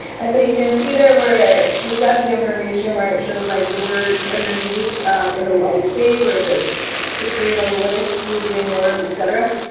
and so you can see there where she's got the information where it shows, like, the words underneath in the white space where it says to create a list using word, etc,